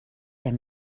der